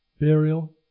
burial